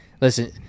listen